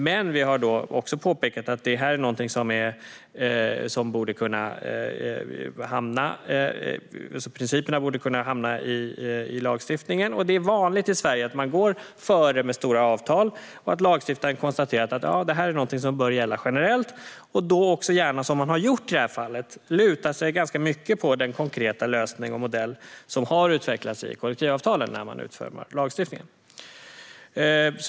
Men vi har också påpekat att det här är principer som borde kunna hamna i lagstiftningen. Det är vanligt i Sverige att man går före med stora avtal. Lagstiftaren kan sedan konstatera att det här är någonting som bör gälla generellt. Vid utformningen av lagstiftningen kan lagstiftaren gärna - som i det här fallet - luta sig ganska mycket på den konkreta lösning och modell som har utvecklats i kollektivavtalen.